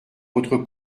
votre